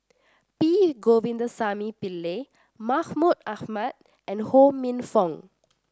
P Govindasamy Pillai Mahmud Ahmad and Ho Minfong